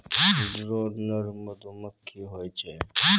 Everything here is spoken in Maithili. ड्रोन नर मधुमक्खी होय छै